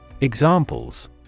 Examples